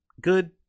Good